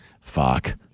Fuck